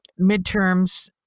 midterms